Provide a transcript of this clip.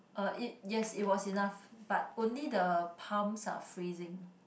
uh it yes it was enough but only the palms are freezing